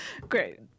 great